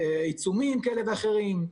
עיצומים כאלה ואחרים,